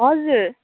हजुर